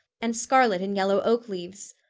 and scarlet and yellow oak leaves.